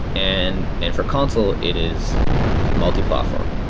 and and for consul, it is multiplatform.